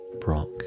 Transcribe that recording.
Brock